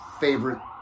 Favorite